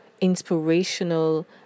inspirational